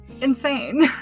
Insane